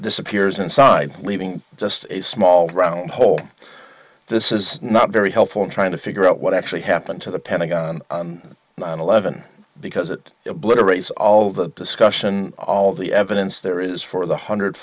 disappears inside leaving just a small round hole this is not very helpful in trying to figure out what actually happened to the pentagon on nine eleven because it obliterates all the discussion all the evidence there is for the hundred